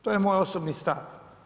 To je moj osobni stav.